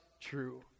true